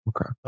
okay